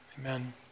amen